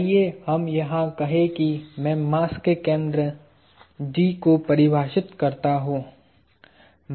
आइए हम यहां कहें कि मैं मास के केंद्र G को परिभाषित करता हूं